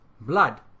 blood